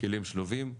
כלים שלובים.